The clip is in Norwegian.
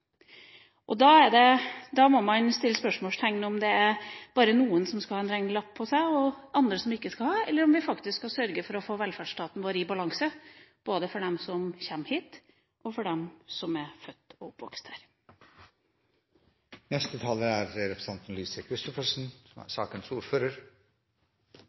det. Da må man sette spørsmålstegn ved om det bare er noen som skal ha, og andre som ikke skal ha, en prislapp på seg, eller om vi skal sørge for å få velferdsstaten vår i balanse, både for dem som kommer hit og for dem som er født og oppvokst her. Jeg vil fortsette der representanten Skei Grande slapp – i debatten om hvem som